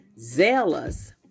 zealous